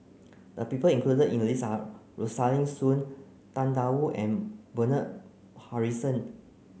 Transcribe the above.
the people included in the list are Rosaline Soon Tang Da Wu and Bernard Harrison